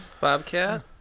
Bobcat